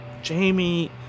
Jamie